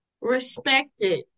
respected